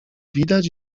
widać